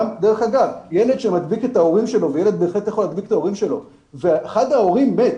דרך אגב, ילד שמדביק את ההורים שלו ואחד ההורים מת